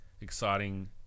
exciting